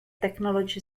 technology